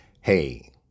Hey